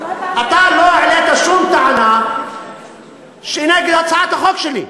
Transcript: אתה לא העלית שום טענה שהיא נגד הצעת החוק שלי.